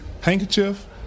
handkerchief